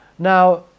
Now